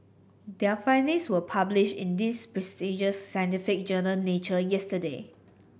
their findings were published in the prestigious scientific journal Nature yesterday